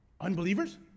unbelievers